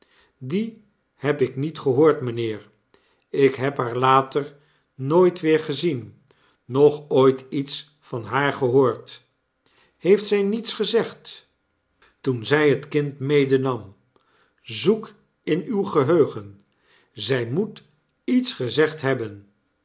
dien heb ik niet gehoord mynheer ik heb haar later nooit weer gezien noch ooit iets van haar gehoord heeft zij niets gezegd toen zy het kind medenam zoek in uw geheugen zy moet iets gezegd hebben